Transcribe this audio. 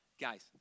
Guys